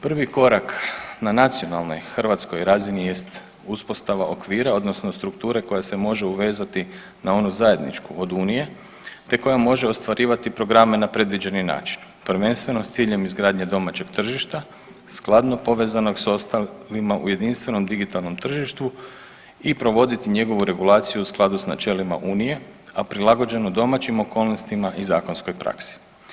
Prvi korak na nacionalnoj hrvatskoj razini jest uspostava okvira, odnosno strukture koja se može uvezati na onu zajedničku od Unije, te koja može ostvarivati programe na predviđeni način prvenstveno s ciljem izgradnje domaćeg tržišta skladnog povezanog s ostalima u jedinstvenom digitalnom tržištu i provoditi njegovu regulaciju u skladu sa načelima Unije, a prilagođenu domaćim okolnostima i zakonskoj praksi.